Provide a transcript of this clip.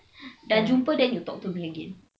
dah jumpa then you talk to me again